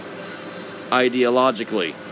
ideologically